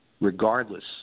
regardless